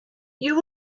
you